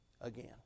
again